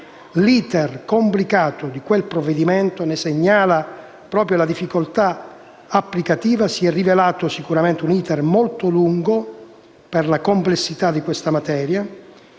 L'*iter* complicato di quel provvedimento ne segnala proprio la difficoltà applicativa: si è rivelato sicuramente un *iter* molto lungo per la complessità di questa materia,